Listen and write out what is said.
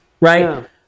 right